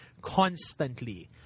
constantly